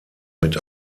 mit